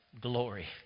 glory